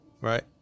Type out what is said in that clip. right